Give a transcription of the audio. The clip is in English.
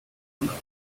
another